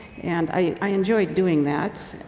and i enjoyed doing that.